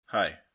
Hi